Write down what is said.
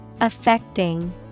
Affecting